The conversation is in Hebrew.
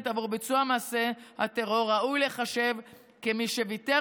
בעבור ביצוע מעשה הטרור ראוי להיחשב כמי שוויתר